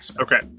okay